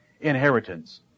inheritance